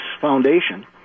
foundation